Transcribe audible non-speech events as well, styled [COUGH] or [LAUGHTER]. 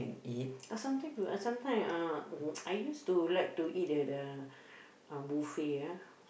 but sometime [NOISE] sometime uh [NOISE] I used to like to eat at the uh buffet ah